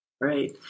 Right